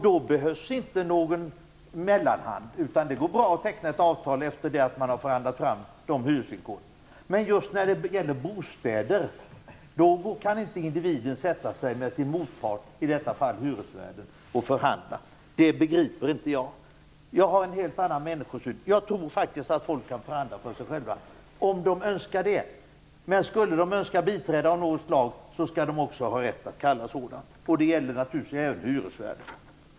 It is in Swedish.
Då behövs inte någon mellanhand, utan det går bra att teckna ett avtal efter det att man förhandlat fram hyresvillkoren. Men just när det gäller bostäder kan inte individen sätta sig och förhandla med en motpart, i detta fall hyresvärden. Det begriper inte jag. Jag har en helt annan människosyn. Jag tror faktiskt att folk kan förhandla för sig själva, om de önskar det. Men skulle de önska biträde av något slag, skall de också ha rätt att kalla sådant. Detta gäller naturligtvis även för hyresvärdar.